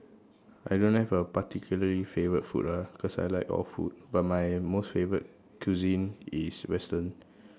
I don't have a particularly favourite food ah cause I like all food but my most favourite cuisine is Western